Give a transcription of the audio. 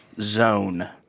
Zone